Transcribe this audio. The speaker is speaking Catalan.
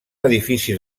edifici